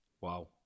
Wow